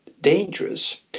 dangerous